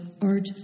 art